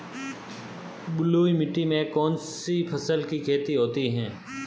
बलुई मिट्टी में कौनसी फसल की खेती होती है?